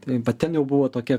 tai va ten jau buvo tokia